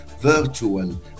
virtual